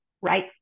right